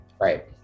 right